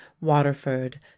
Waterford